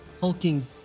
hulking